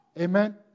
Amen